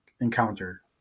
encounter